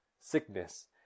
sickness